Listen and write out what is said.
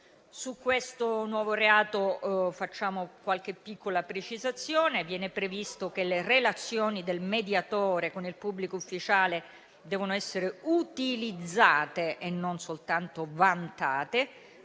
Su questo nuovo reato facciamo qualche piccola precisazione. Viene previsto che le relazioni del mediatore con il pubblico ufficiale debbano essere utilizzate e non soltanto vantate,